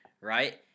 right